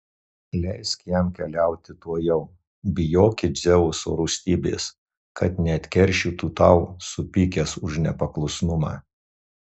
leisk jam keliauti tuojau bijoki dzeuso rūstybės kad neatkeršytų tau supykęs už nepaklusnumą